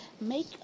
Make